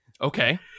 Okay